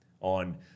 on